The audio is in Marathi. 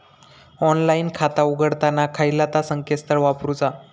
ऑनलाइन खाता उघडताना खयला ता संकेतस्थळ वापरूचा?